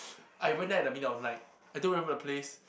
I went there at the middle of the night I don't remember the place